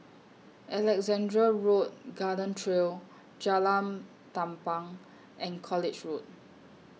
Alexandra Road Garden Trail Jalan Tampang and College Road